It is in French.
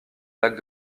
lac